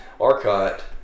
Arcot